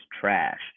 Trash